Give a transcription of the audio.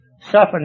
suffering